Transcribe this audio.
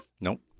Nope